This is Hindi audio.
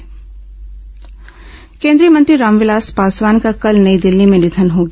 रामविलास पासवान निधन केन्द्रीय मंत्री रामविलास पासवान का कल नई दिल्ली में निधन हो गया